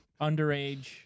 Underage